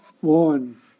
one